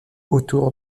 autour